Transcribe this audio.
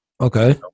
Okay